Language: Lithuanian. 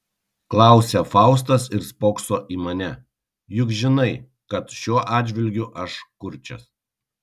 klausia faustas ir spokso į mane juk žinai kad šiuo atžvilgiu aš kurčias